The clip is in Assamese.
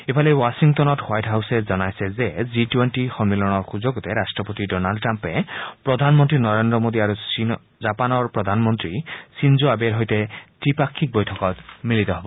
ইফালে ৱাঞ্ষিংটনত হোৱাইট হাউচে জনাইছে যে জি টুৱেণ্টি সম্মিলনৰ সুযোগতে ৰট্টপতি ডনাল্ড ট্ৰাম্পে প্ৰধানমন্ত্ৰী নৰেন্দ্ৰ মোদী আৰু জাপানৰ প্ৰধানমন্ত্ৰী চিনজো আবেৰ সৈতে ত্ৰিপাক্ষিক বৈঠকত মিলিত হব